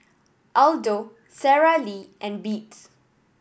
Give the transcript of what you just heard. Aldo Sara Lee and Beats